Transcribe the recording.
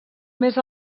més